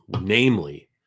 Namely